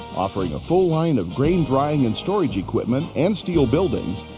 offering a full line of grain drying and storage equipment and steel buildings,